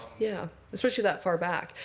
yeah, especially that far back.